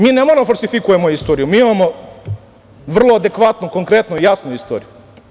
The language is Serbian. Mi ne moramo da falsifikujemo istoriju, mi imamo vrlo adekvatnu, konkretnu i jasnu istoriju.